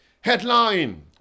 Headline